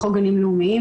בחוק גנים לאומיים,